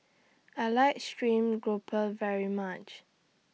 I like Stream Grouper very much